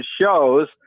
shows